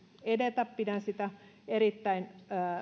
edetä pidän sitä erittäin